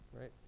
right